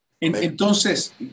Entonces